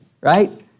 right